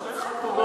שתי חתונות היו